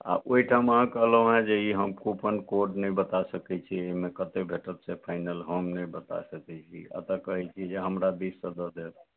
आ ओहिठाम अहाँ कहलहुँ हँ जे ई हम कूपन कोड नहि बता सकैत छी एहिमे कते भेटत से फाइनल हम नहि बता सकैत छी एतऽ कहैत छी हमरा बीच से दऽ देब